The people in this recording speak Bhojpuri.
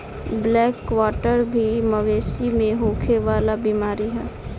ब्लैक क्वाटर भी मवेशी में होखे वाला बीमारी ह